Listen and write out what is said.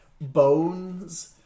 bones